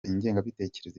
ingengabitekerezo